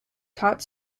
taught